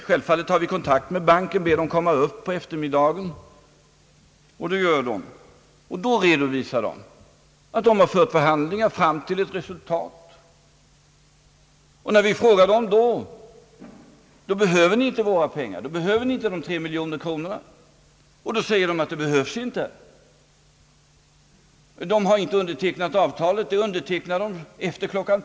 Självfallet tar vi kontakt med banken och ber dem komma upp på eftermiddagen. De redovisar då att de fört förhandlingar fram till ett resultat. När vi då frågar dem om de inte behöver våra tre miljoner kronor säger de att de inte behövs. Avtalet undertecknades efter kl.